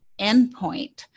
endpoint